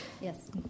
Yes